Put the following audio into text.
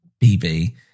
BB